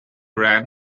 ran